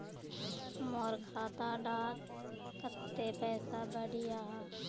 मोर खाता डात कत्ते पैसा बढ़ियाहा?